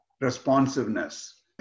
responsiveness